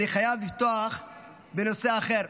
אני חייב לפתוח בנושא אחר: